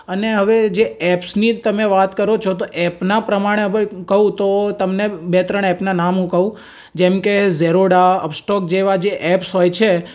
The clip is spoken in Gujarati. અને હવે જે એપ્સની તમે વાત કરો છો તો એપનાં પ્રમાણે ભાઈ કહું તો તમને બે ત્રણ એપનાં નામ હું કહું જેમ કે ઝેરોડા અપસ્ટોક જેવાં જે એપ્સ હોય છે